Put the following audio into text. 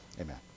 Amen